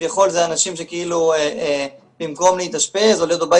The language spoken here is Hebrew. כביכול אלה אנשים שבמקום להתאשפז או להיות בבית